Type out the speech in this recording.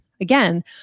again